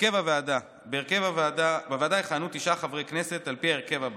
הרכב הוועדה: בוועדה יכהנו תשעה חברי כנסת על פי ההרכב הבא: